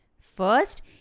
First